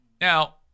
Now